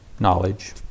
knowledge